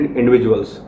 individuals